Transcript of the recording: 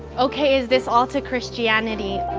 okay, is this all to christianity?